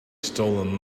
stolen